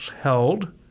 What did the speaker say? held